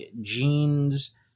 jeans